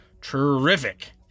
Terrific